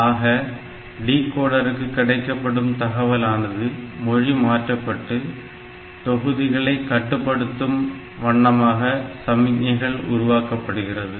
ஆக டிகோடருக்கு கிடைக்கப்படும் தகவலானது மொழி மாற்றப்பட்டு தொகுதிகளை கட்டுப்படுத்தும் வண்ணமாக சமிக்ஞைகள் உருவாக்கப்படுகிறது